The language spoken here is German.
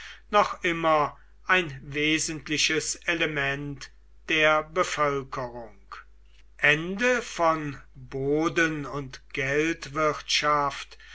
noch immer ein wesentliches element der bevölkerung die